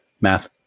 Math